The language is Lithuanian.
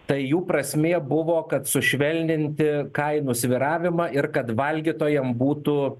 tai jų prasmė buvo kad sušvelninti kainų svyravimą ir kad valgytojam būtų